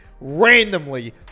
randomly